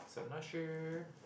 I'm not sure